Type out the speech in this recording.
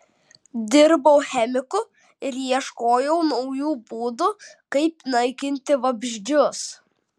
dirbau chemiku ir ieškojau naujų būdų kaip naikinti vabzdžius